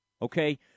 Okay